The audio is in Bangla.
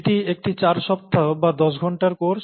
এটি একটি চার সপ্তাহ বা দশ ঘন্টার কোর্স